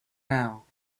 now